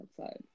outside